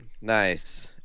nice